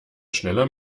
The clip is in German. schneller